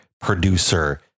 producer